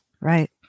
Right